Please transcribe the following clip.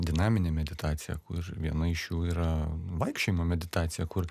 dinaminė meditacija kur viena iš jų yra vaikščiojimo meditacija kur